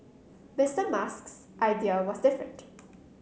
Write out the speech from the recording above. Mister Musk's idea was different